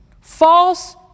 False